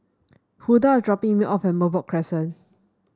Hulda dropping me off at Merbok Crescent